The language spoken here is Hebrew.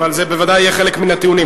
אבל זה בוודאי יהיה חלק מן הטיעונים.